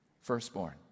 firstborn